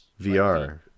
vr